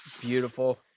beautiful